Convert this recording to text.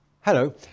Hello